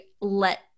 let